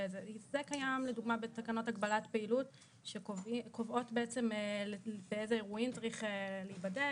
זה קיים לדוגמה בתקנות הגבלת פעילות שקובעות באיזה אירועים צריך להיבדק,